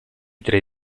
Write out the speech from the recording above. tre